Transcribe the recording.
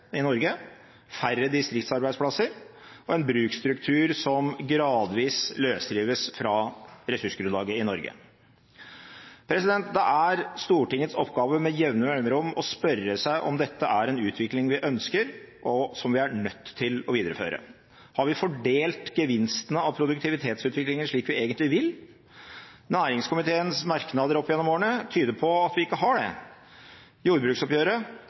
i Norge, færre distriktsarbeidsplasser og en bruksstruktur som gradvis løsrives fra ressursgrunnlaget i Norge. Det er Stortingets oppgave med jevne mellomrom å spørre seg om dette er en utvikling vi ønsker, og som vi er nødt til å videreføre. Har vi fordelt gevinsten av produktivitetsutviklingen slik vi egentlig vil? Næringskomiteens merknader opp gjennom årene tyder på at vi ikke har det. Jordbruksoppgjøret